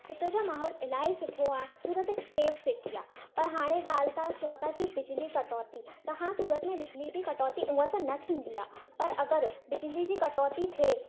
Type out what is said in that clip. हितां जो माहौल ॾाठो सुठो आहे सूरत हिकु सेफ़ सिटी आहे पर हाणे ॻाल्हि तव्हां चओ था की बिजली कटौती त हा सूरत में बिजली जी कटौती हूंअ त न थींदी आहे पर अगरि बिजली जी कटौती थिए त